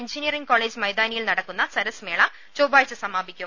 engineering college മൈതാനിയിൽ നടക്കുന്ന സരസ് മേള ചൊവ്വാഴ്ച സമാപിക്കും